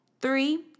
Three